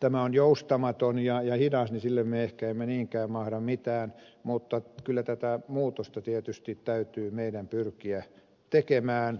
tämä on joustamaton ja hidas me emme ehkä niinkään mahda mitään mutta kyllä tätä muutosta tietysti täytyy meidän pyrkiä tekemään